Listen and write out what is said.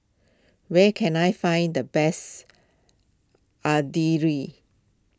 where can I find the best Idili